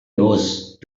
nose